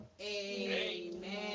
Amen